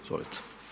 Izvolite.